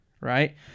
right